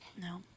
No